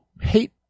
hate